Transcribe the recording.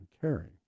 caring